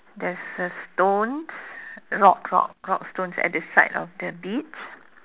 there is a stones rock rock rock stones at the side of the beach